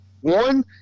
One